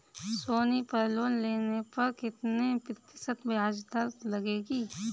सोनी पर लोन लेने पर कितने प्रतिशत ब्याज दर लगेगी?